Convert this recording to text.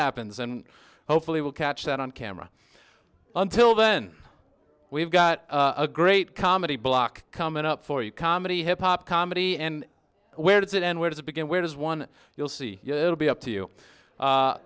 happens and hopefully we'll catch that on camera until then we've got a great comedy block coming up for you comedy hip hop comedy and where does it end where does it begin where does one you'll see your it'll be up to you